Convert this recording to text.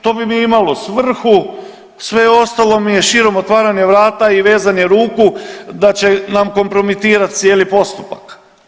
To bi mi imalo svrhu, sve ostalo mi je širom otvaranje vrata i vezanje ruku da će nam kompromitirati cijeli postupak.